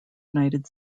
united